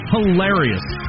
Hilarious